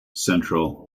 central